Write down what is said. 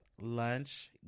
lunch